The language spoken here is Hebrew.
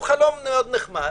חלום מאוד נחמד,